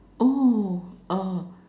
oh uh